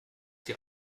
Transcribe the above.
dir